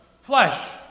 flesh